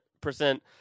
percent